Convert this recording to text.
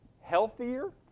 healthier